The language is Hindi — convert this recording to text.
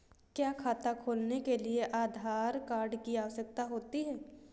क्या खाता खोलने के लिए आधार कार्ड की आवश्यकता होती है?